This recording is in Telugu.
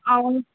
అవును